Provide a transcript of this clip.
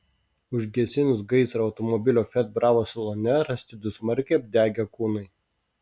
užgesinus gaisrą automobilio fiat bravo salone rasti du smarkiai apdegę kūnai